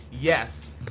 yes